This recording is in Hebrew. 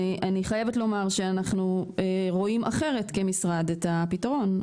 אני חייבת לומר שאנחנו רואים אחרת כמשרד את הפתרון,